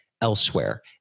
elsewhere